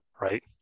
right